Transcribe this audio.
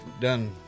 done